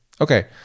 Okay